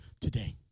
today